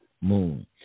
moon